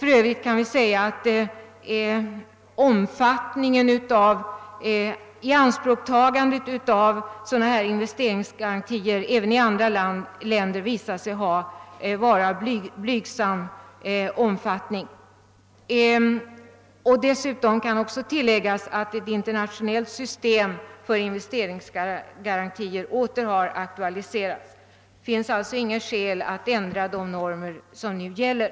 För övrigt kan vi säga att ianspråktagandet av sådana här investeringsgarantier även i andra länder har visat sig vara av blygsam omfattning. Dessutom kan tilläggas, att ett internationellt system för investeringsgarantier åter har aktualiserats. Det finns alltså inga skäl att ändra de normer som nu gäller.